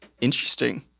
Interesting